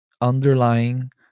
underlying